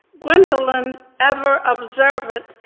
gwendolyn, ever observant,